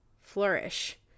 flourish